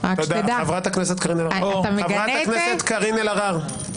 רבותיי, נא להפסיק בבקשה.